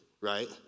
right